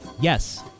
Yes